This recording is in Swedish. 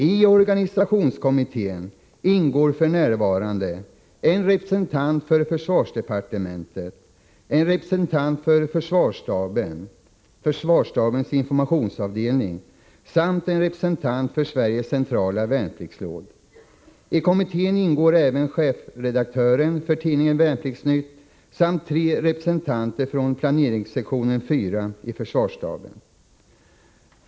I organisationskommittén ingår f.n. en representant för försvarsdepartementet, en representant för försvarsstabens informationsavdelning samt en representant för Sveriges centrala värnpliktsråd. I kommittén ingår även chefredaktören för tidningen Värnpliktsnytt, samt tre representanter från planeringssektion 4 i försvarsstaben.